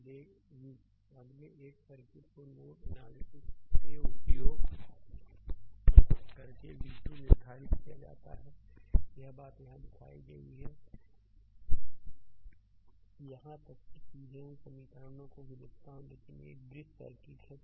slide समय देखें 2528 अगले एक को सर्किट के नोड एनालिसिस का उपयोग करके v2 निर्धारित किया जाता है यह बात यहां दिखाई गई है यहां तक कि सीधे उन समीकरणों को भी लिखता हूं लेकिन यह एक ब्रिज सर्किट है